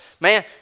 Man